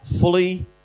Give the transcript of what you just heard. fully